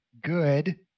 good